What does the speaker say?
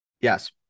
Yes